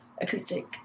acoustic